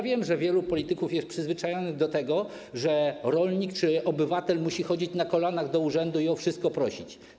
Wiem, że wielu polityków jest przyzwyczajonych do tego, że rolnik czy obywatel musi chodzić na kolanach do urzędu i o wszystko prosić.